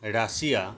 Russia